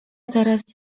teraz